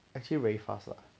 actually very fast lah